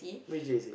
which J_C